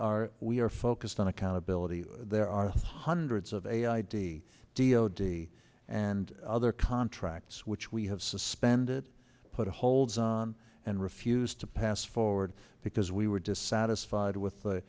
are we are focused on accountability there are hundreds of a id d o d and other contracts which we have suspended put a hold on and refused to pass forward because we were dissatisfied with the